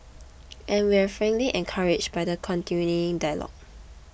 and we're frankly encouraged by the continuing dialogue